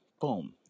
Boom